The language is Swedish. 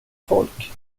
folk